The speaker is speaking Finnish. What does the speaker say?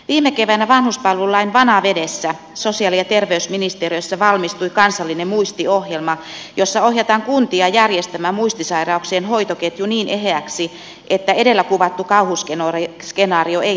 viime keväänä vanhuspalvelulain vanavedessä sosiaali ja terveysministeriössä valmistui kansallinen muistiohjelma jossa ohjataan kuntia järjestämään muistisairauksien hoitoketju niin eheäksi että edellä kuvattu kauhuskenaario ei toteutuisi